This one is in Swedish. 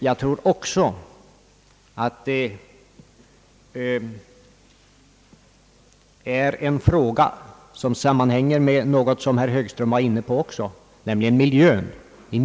Jag tror att detta är en fråga som i mycket stor utsträckning sammanhänger med ett tema som herr Högström berörde, nämligen miljön.